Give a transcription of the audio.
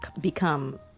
become